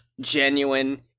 genuine